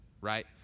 right